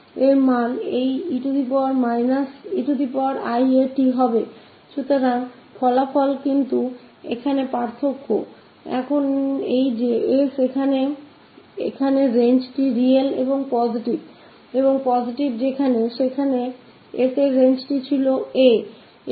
इसी प्रकार का नतीजा लेकिन पर यहाँ अंतर है की s की सिमा यहाँ रियल और पॉजिटिव है जबकि यहाँ सिमा थी s रियल और a से अधिक और a है यह exponent